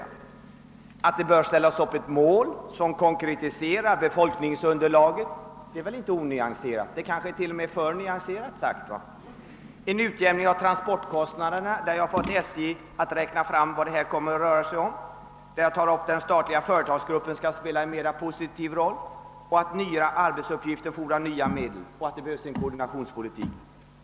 Uttalandet att det bör ställas upp ett mål som konkretiserar befolkningsutvecklingen är väl inte onyanserat — det är kanske t.o.m. alltför nyanserat. Jag har fått SJ att uppskatta vad en utjämning av transportkostnaderna betyder. Jag har vidare sagt att den statliga företagsgruppen bör spela en mera po sitiv roll, att nya arbetsuppgifter fordrar nya medel och att det behövs en koordinerande politik.